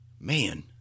Man